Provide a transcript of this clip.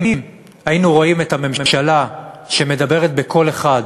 אם היינו רואים את הממשלה מדברת בקול אחד,